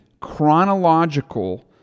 chronological